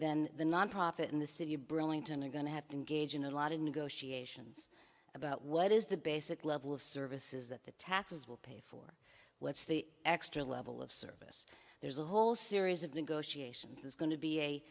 then the nonprofit in the city of burlington are going to have to engage in a lot of negotiations about what is the basic level of services that the taxes will pay for what's the extra level of service there's a whole series of negotiations there's going to be a